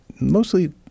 mostly